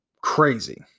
crazy